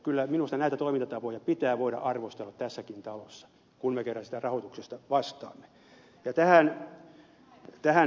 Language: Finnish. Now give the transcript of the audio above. kyllä minusta näitä toimintatapoja pitää voida arvostella tässäkin talossa kun me kerran siitä rahoituksesta vastaamme